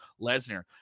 Lesnar